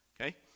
okay